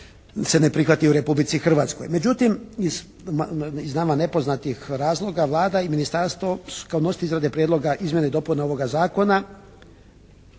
se ne prihvati u Republici Hrvatskoj. Međutim, iz nama nepoznatih razloga Vlada i ministarstvo su kao nositelji izrade Prijedloga izmjena i dopuna ovoga Zakona